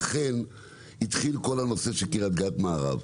לכן התחיל כל הנושא הזה של קרית גת מערב.